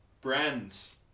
brands